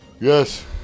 Yes